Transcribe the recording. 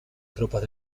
tropas